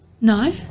no